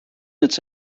its